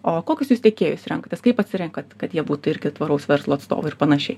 o kokius jūs tiekėjus renkatės kaip atsirenkat kad jie būtų ir tvaraus verslo atstovai ir panašiai